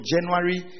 January